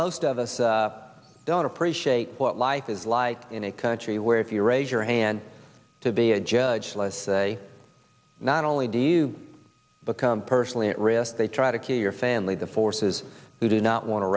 most of us don't appreciate what life is like in a country where if you raise your hand to be a judge not only do you become personally at risk they try to kill your family the forces who do not want to